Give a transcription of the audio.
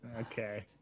okay